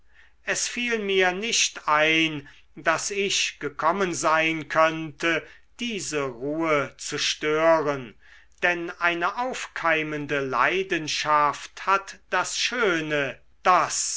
es fiel mir nicht ein daß ich gekommen sein könnte diese ruhe zu stören denn eine aufkeimende leidenschaft hat das schöne daß